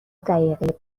دقیقه